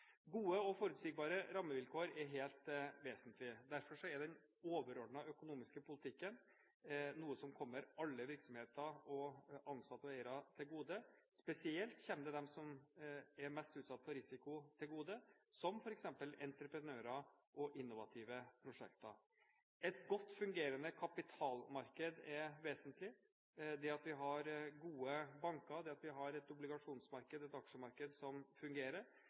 Gode og forutsigbare rammevilkår er helt vesentlig. Derfor er den overordnede økonomiske politikken noe som kommer alle virksomheter og alle ansatte og eiere til gode. Spesielt kommer det dem som er mest utsatt for risiko, til gode, som f.eks. entreprenører og innovative prosjekter. Et godt fungerende kapitalmarked er vesentlig. Det at vi har gode banker, det at vi har et obligasjonsmarked, et aksjemarked, som fungerer,